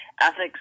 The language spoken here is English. ethics